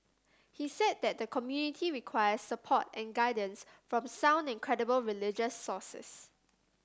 he said that the community requires support and guidance from sound and credible religious sources